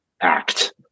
act